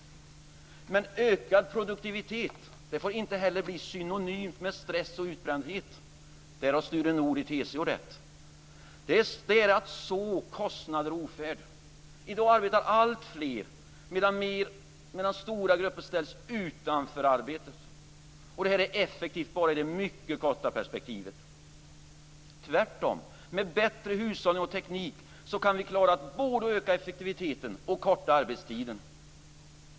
Men ökad produktivitet får inte bli synonymt med stress och utbrändhet - där har Sture Nordh i TCO rätt. Det är att så kostnader och ofärd. I dag arbetar alltfler mer och mer medan stora grupper ställs utanför arbetsmarknaden. Det är effektivt bara i det mycket korta perspektivet. Tvärtom, med bättre hushållning och teknik kan vi klara både att öka effektiviteten och att korta arbetstiden.